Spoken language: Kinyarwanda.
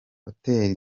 hotel